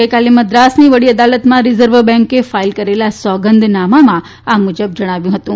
ગઈકાલે મદ્રાસની વડી અદાલતમાં રીઝર્વ બેન્કે ફાઇલ કરેલા સોગંદનામામાં આ મુજબ જણાવ્યું હતું